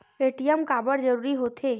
ATM काबर जरूरी हो थे?